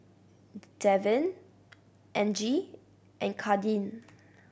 Davin Angie and Kadin